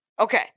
Okay